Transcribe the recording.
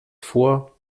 vor